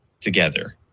together